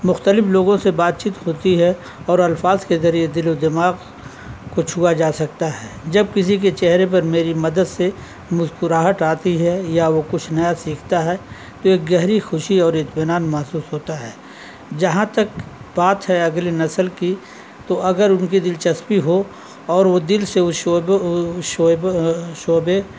مختلف لوگوں سے بات چیت ہوتی ہے اور الفاظ کے ذریعے دل و دماغ کو چھوا جا سکتا ہے جب کسی کے چہرے پر میری مدد سے مسکراہٹ آتی ہے یا وہ کچھ نیا سیکھتا ہے تو یہ گہری خوشی اور اطمینان محسوس ہوتا ہے جہاں تک بات ہے اگلے نسل کی تو اگر ان کی دلچسپی ہو اور وہ دل سے شعبے شعبے شعبے